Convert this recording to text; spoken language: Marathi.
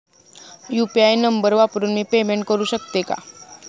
यु.पी.आय नंबर वापरून मी पेमेंट करू शकते का?